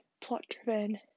plot-driven